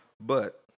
but-